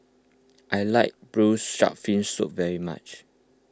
I like Braised Shark Fin Soup very much